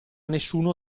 nessuno